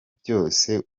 byose